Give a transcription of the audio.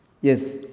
yes